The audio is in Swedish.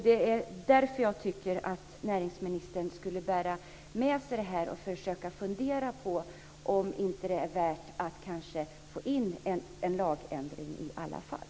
Det är därför jag tycker att näringsministern ska bära med sig det och försöka fundera på om det inte är värt att få in en lagändring i alla fall.